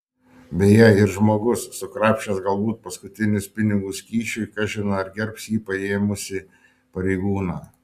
beje ir žmogus sukrapštęs galbūt paskutinius pinigus kyšiui kažin ar gerbs jį paėmusį pareigūną